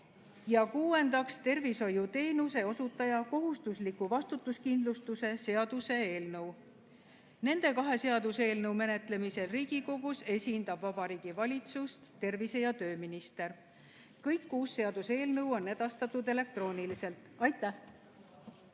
Ja kuuendaks, tervishoiuteenuse osutaja kohustusliku vastutuskindlustuse seaduse eelnõu. Nende kahe seaduseelnõu menetlemisel Riigikogus esindab Vabariigi Valitsust tervise‑ ja tööminister. Kõik kuus seaduseelnõu on edastatud elektrooniliselt. Aitäh!